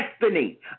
destiny